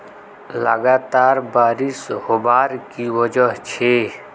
लगातार बारिश होबार की वजह छे?